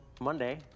Monday